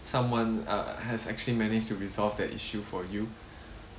someone uh has actually managed to resolve that issue for you